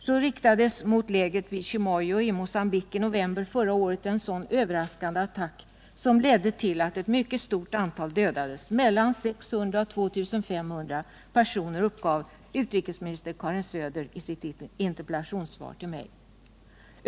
Så riktades mot lägret vid Chimoio i Mogambique i november förra året en sådan överraskande attack som ledde till att ett mycket stort antal dödades — mellan 600 och 2500 personer, uppgav utrikesminister Karin Söder i sitt interpellationssvar till mig.